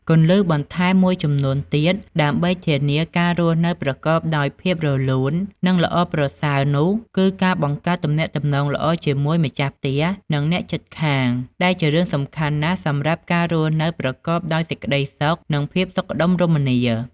គន្លឹះបន្ថែមមួយចំនួនទៀតដើម្បីធានាការរស់នៅប្រកបដោយភាពរលូន និងល្អប្រសើរនោះគឺការបង្កើតទំនាក់ទំនងល្អជាមួយម្ចាស់ផ្ទះ និងអ្នកជិតខាង ដែលជារឿងសំខាន់ណាស់សម្រាប់ការរស់នៅប្រកបដោយសេចក្តីសុខ និងភាពសុខដុមរមនា។